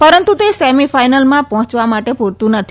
ા રંતુ તે સેમી ફાઈનલમાં ૈ હોયવા માટે પુરતું નથી